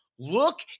Look